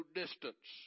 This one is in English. distance